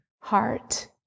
heart